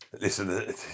Listen